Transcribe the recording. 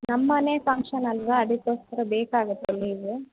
ನಮ್ಮ ಮನೆ ಫಂಕ್ಷನ್ ಅಲ್ಲವಾ ಅದಕ್ಕೋಸ್ಕರ ಬೇಕಾಗುತ್ತೆ ಲೀವು